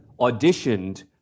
auditioned